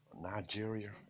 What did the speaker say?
Nigeria